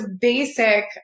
basic